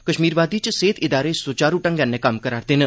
कश्मीर वादी च सेहत इदारे सुवारू ढंगै नै कम्म करा'रदे न